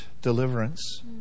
deliverance